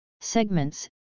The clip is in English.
segments